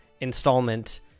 installment